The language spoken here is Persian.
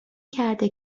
کرده